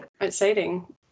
Exciting